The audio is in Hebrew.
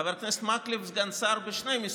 חבר הכנסת מקלב סגן שר בשני משרדים,